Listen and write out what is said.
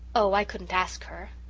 oh, i couldn't ask her,